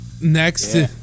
Next